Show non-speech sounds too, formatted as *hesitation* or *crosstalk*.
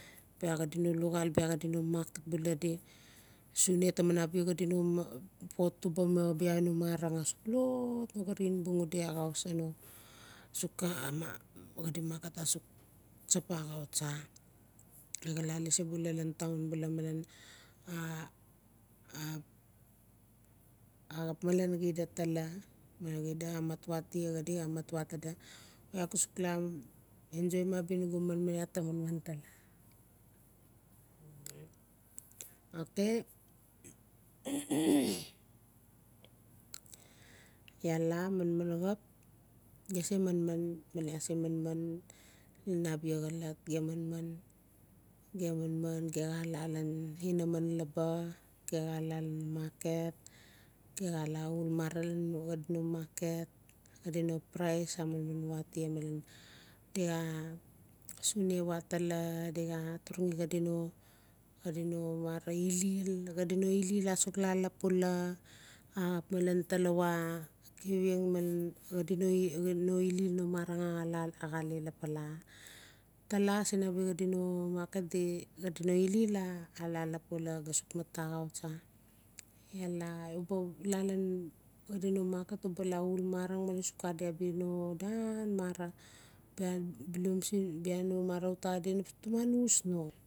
Bia xadi no luxaal bia xadi no *unintelligible* di sune taman abia xadi no po tuba ma bia no marang asuk lof no xarin bung udiaxau so no suk axap malen cida tala xidaa ma watia xadi a mat watala iaa ga suk enjoyim abia nugu manman *hesitation* iaa ta manman ta la *unintelligible* *noise* okay *noise* iaa se manman lan abia xolot gem manman gi xa la lan makef ge xa la uul mara lan xadi no maket xadi no price a manman watia di xa sune watala dixa xa turangi xadi no mara ilil xadi no ilil asuk la lapula axap malen talawa kavieng xadino ilil no marang a la lapala tala sin abia xadi no market di xadi no ilil ala lapula asuk mat axau tsa u ba la lan xadi no makef uba la uul mara una suk adi abia no dan mara bia bilum uta adi naba tuman us no